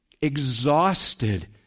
exhausted